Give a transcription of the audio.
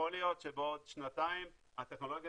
יכול להיות שבעוד שנתיים הטכנולוגיה